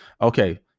Okay